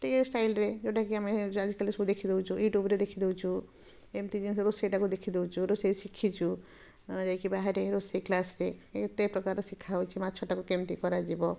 ଟିକେ ଷ୍ଟାଇଲରେ ଯେଉଁଟାକି ଆମେ ଆଜିକାଲି ସବୁ ଦେଖିଦେଉଛୁ ୟୁଟ୍ୟବରେ ଦେଖିଦେଉଛୁ ଏମିତି ଜିନିଷକୁ ସେଇଟାକୁ ଦେଖିଦେଉଛୁ ରୋଷେଇ ଶିଖିଛୁ ଯାଇକି ବାହାରେ ରୋଷେଇ କ୍ଲାସରେ ଏତେ ପ୍ରକାର ଶିଖା ହେଉଛି ମାଛଟାକୁ କେମିତି କରାଯିବ